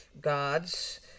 gods